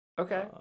Okay